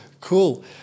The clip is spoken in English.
Cool